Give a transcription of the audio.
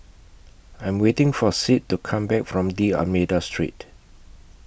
I'm waiting For Sid to Come Back from D'almeida Street